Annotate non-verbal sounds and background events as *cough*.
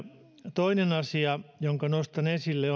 toinen asia jonka nostan esille *unintelligible*